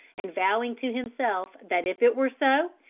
and vowing to himself that if it were so,